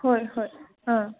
ꯍꯣꯏ ꯍꯣꯏ ꯑꯥ